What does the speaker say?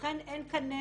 לכן אין כאן נזק.